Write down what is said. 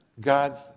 God's